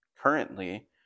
currently